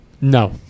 No